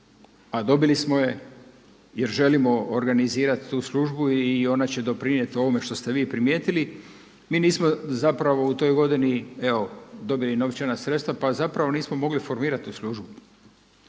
a dobili smo je jer želimo organizirati tu službu i onda će doprinijeti ovome što ste vi primijetili. Mi nismo zapravo u toj godini evo dobili novčana sredstva, pa zapravo nismo mogli formirati tu službu.